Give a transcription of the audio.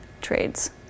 trades